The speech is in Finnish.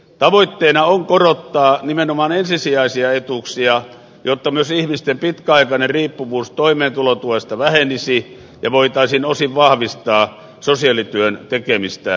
tavoitteena on korottaa nimenomaan ensisijaisia etuuksia jotta myös ihmisten pitkäaikainen riippuvuus toimeentulotuesta vähenisi ja voitaisiin osin vahvistaa sosiaalityön tekemistä kunnissa